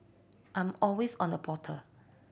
I'm always on the portal